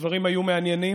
הדברים היו מעניינים,